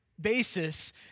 basis